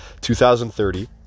2030